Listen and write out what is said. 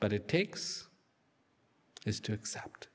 but it takes is to accept